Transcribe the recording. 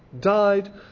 died